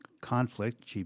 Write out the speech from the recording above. Conflict